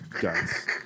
Guys